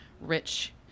rich